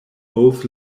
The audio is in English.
both